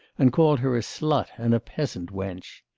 and called her a slut and a peasant-wench.